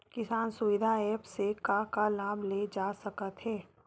किसान सुविधा एप्प से का का लाभ ले जा सकत हे?